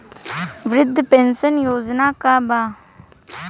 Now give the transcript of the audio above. वृद्ध पेंशन योजना का बा?